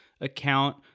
account